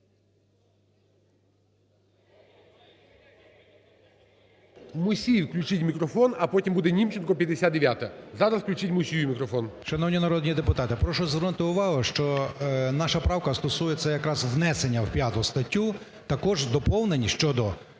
Мусію включіть мікрофон. А потім буде Німченко 59-а. Зараз включіть Мусію мікрофон. 13:43:05 МУСІЙ О.С. Шановні народні депутати, прошу звернути увагу, що наша правка стосується якраз внесення в 5 статтю також з доповнень щодо